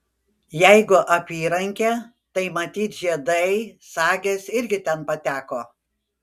jeigu apyrankė tai matyt žiedai sagės irgi ten pateko